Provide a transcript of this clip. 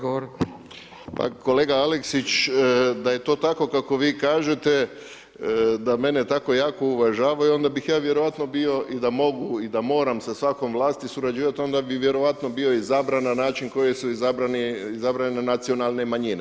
Pa kolega Aleksić, da je to tako kako vi kažete, da mene tako jako uvažavaju, onda bih ja vjerojatno bio i da mogu i da moram sa svakom vlasti surađivati, onda bih vjerojatno bio izabran na način koji su izabrane nacionalne manjine.